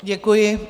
Děkuji.